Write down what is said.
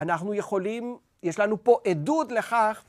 אנחנו יכולים, יש לנו פה עדות לכך.